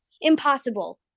impossible